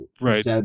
right